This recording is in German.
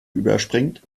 überspringt